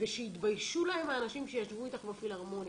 ושיתביישו להם האנשים שישבו איתך בפילהרמונית.